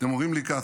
אתם אומרים לי כך: